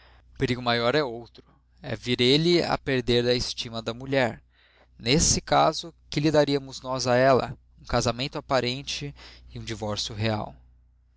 perigo maior é outro é vir ele a perder a estima da mulher nesse caso que lhe daríamos nós a ela um casamento aparente e um divórcio real